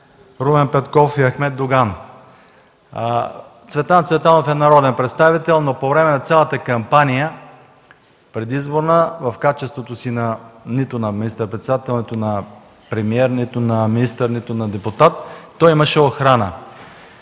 Румен Петков и Ахмед Доган. Цветан Цветанов е народен представител, но по време на цялата предизборна кампания в качеството си нито на министър-председател, нито на министър, нито на депутат той имаше охрана.